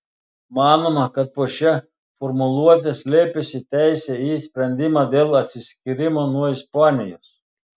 manoma kad po šia formuluote slėpėsi teisė į sprendimą dėl atsiskyrimo nuo ispanijos